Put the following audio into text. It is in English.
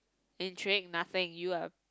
and track nothing you are